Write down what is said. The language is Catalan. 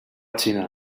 xina